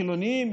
חילונים,